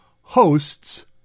hosts